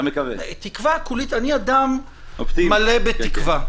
אני אדם מלא בתקווה.